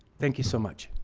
thank you so much.